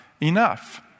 enough